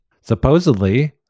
Supposedly